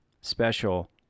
special